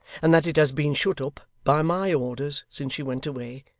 and that it has been shut up, by my orders, since she went away,